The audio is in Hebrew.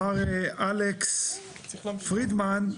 מר אלכס פרידמן,